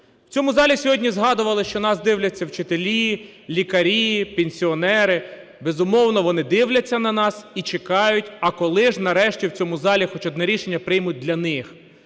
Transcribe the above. В цьому залі згадували, що нас дивляться вчителі, лікарі, пенсіонери. Безумовно, вони дивляться на нас і чекають, а коли ж нарешті в цьому залі хоча б одне рішення приймуть для них.